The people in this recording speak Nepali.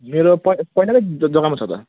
मेरो पहिला पहिलाकै जग्गामा छ त